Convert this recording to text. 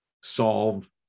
solve